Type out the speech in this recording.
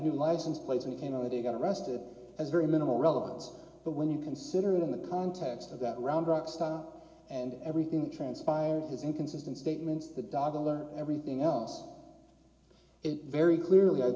new license plate and you know that he got arrested as very minimal relevance but when you consider it in the context of that round rock star and everything that transpired his inconsistent statements the dog to learn everything else it very clearly i